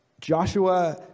Joshua